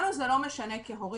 לנו זה לא משנה כהורים.